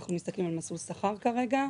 אנחנו מסתכלים על מסלול שכר כרגע.